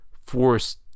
force